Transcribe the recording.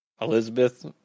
Elizabeth